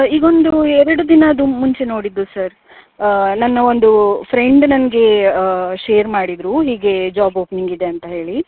ಈಗ ಒಂದು ಎರಡು ದಿನದ ಮುಂಚೆ ನೋಡಿದ್ದು ಸರ್ ನನ್ನ ಒಂದು ಫ್ರೆಂಡ್ ನನಗೆ ಶೇರ್ ಮಾಡಿದ್ದರು ಹೀಗೆ ಜಾಬ್ ಓಪ್ನಿಂಗ್ ಇದೆ ಅಂತ ಹೇಳಿ